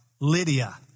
Lydia